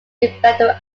defender